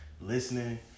listening